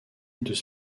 deux